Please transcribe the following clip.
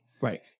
Right